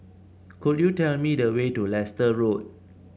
could you tell me the way to Leicester Road